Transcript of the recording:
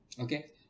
okay